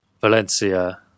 Valencia